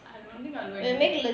I don't think I'll go and plan